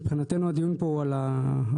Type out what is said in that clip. מבחינתנו הדיון פה הוא על הנוהל,